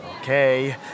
Okay